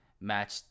Match